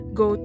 go